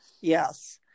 Yes